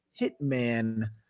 hitman